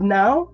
now